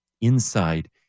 inside